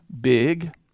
big